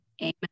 Amen